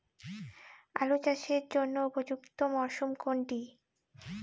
আলু চাষের জন্য উপযুক্ত মরশুম কোনটি?